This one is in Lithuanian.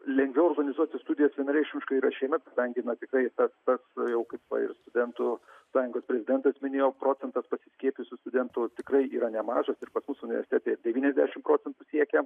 lengviau organizuoti studijas vienareikšmiškai yra šiemet kadangi na tikrai tas tas jau kaip va ir studentų sąjungos prezidentas minėjo procentas pasiskiepijusių studentų tikrai yra nemažas ir pas mus universitete ir devyniasdešimt procentų siekia